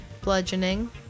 Bludgeoning